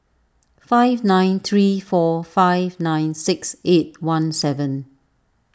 five nine three four five nine six eight one seven